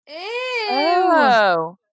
Ew